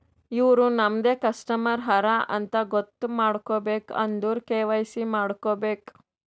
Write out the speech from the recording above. ಇವ್ರು ನಮ್ದೆ ಕಸ್ಟಮರ್ ಹರಾ ಅಂತ್ ಗೊತ್ತ ಮಾಡ್ಕೋಬೇಕ್ ಅಂದುರ್ ಕೆ.ವೈ.ಸಿ ಮಾಡ್ಕೋಬೇಕ್